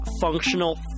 functional